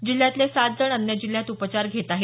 जिल्ह्यातले सात जण अन्य जिल्ह्यात उपचार घेत आहेत